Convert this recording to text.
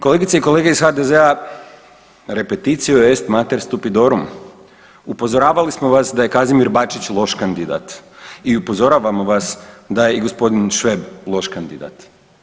Kolegice i kolege iz HDZ-a, „Repetitio est mater stupidorum“, upozoravali smo vas da je Kazimir Bačić loš kandidat i upozoravamo vas da je i gospodin Šveb loš kandidat.